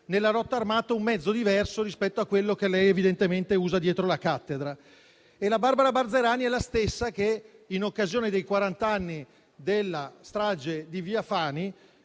nella lotta armata, un mezzo diverso rispetto a quello che lei evidentemente usa dietro la cattedra. Barbara Balzerani è la stessa che, in occasione dei quarant'anni della strage di via Fani,